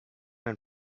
and